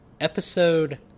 episode